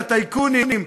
לטייקונים,